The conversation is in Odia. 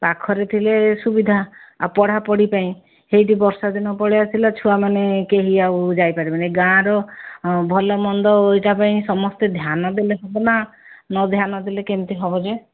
ପାଖରେ ଥିଲେ ସୁବିଧା ଆଉ ପଢ଼ାପଢ଼ି ପାଇଁ ସେଇଠି ବର୍ଷା ଦିନ ପଳେଇ ଆସିଲା ଛୁଆମାନେ କେହି ଆଉ ଯାଇପାରିବେନି ଗାଁ ର ଭଲ ମନ୍ଦ ଏଇଟା ପାଇଁ ସମସ୍ତେ ଧ୍ୟାନ ଦେଲେ ହେବନା ନ ଧ୍ୟାନ ଦେଲେ କେମିତି ହେବ ଯେ